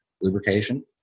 lubrication